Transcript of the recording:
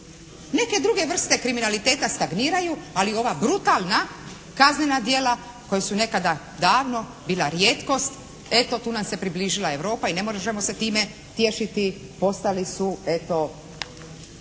Neke druge vrste kriminaliteta stagniraju, ali ova brutalna kaznena djela koja su nekada davno bila rijetkost eto tu nam se približila Europa i ne možemo se time tješiti. Postali su eto